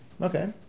Okay